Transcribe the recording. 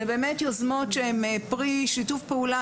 אלה באמת יוזמות שהן פרי שיתוף פעולה